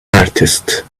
artist